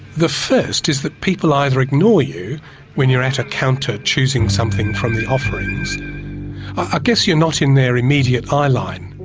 the first is that people either ignore you when you are at a counter choosing something from the offerings i ah guess you are not in their immediate eye line.